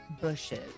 bushes